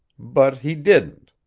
but he didn't.